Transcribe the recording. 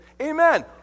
amen